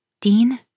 Dean